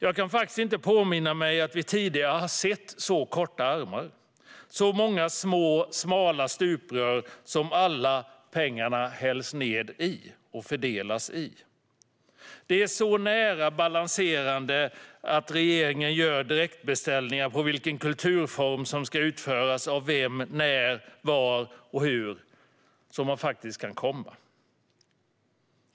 Jag kan faktiskt inte påminna mig att vi tidigare har sett så korta armar, så många små och smala stuprör som alla pengar hälls ned i och fördelas i. Det balanserar så nära att regeringen gör direktbeställningar på vilken kulturform som ska utföras av vem, när, var och hur som man faktiskt kan komma.